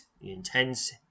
intense